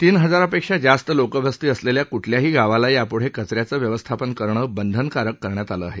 तीन हजारा पेक्षा जास्त लोकवस्ती असलेल्या कुठल्याही गावाला यापुढे कचऱ्याचे व्यवस्थापन करणे बंधनकारक करण्यात आले आहे